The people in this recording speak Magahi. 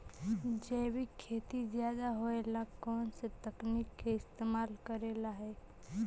जैविक खेती ज्यादा होये ला कौन से तकनीक के इस्तेमाल करेला हई?